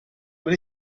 aber